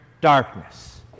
darkness